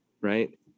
Right